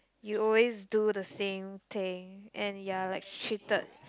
you always do the same thing and ya like treated